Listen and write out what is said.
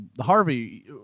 Harvey